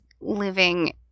living